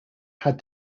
had